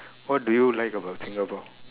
what do you like about Singapore